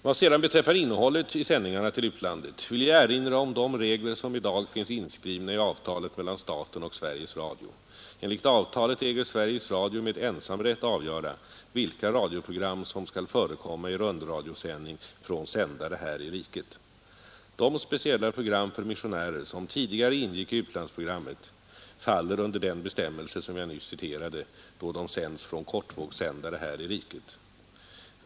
Vad sedan beträffar innehållet i sändningarna till utlandet vill jag erinra om de regler som i dag finns inskrivna i avtalet mellan staten och Sveriges Radio. Enligt avtalet äger Sveriges Radio med ensamrätt avgöra vilka radioprogram som skall förekomma i rundradiosändning från sändare här i riket. De speciella program för missionärer som tidigare ingick i utlandsprogrammet faller under den bestämmelse som jag nyss citerade, då de sänds från kortvågssändare här i riket.